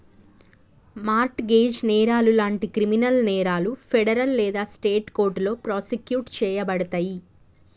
mart gauge నేరాలు లాంటి criminal నేరాలు ఫెడరల్ లేదా స్టేట్ కోర్టులో ప్రాసిక్యూట్ చేయబడతయి